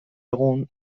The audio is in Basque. egun